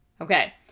Okay